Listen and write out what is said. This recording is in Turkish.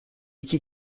iki